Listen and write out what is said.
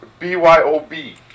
BYOB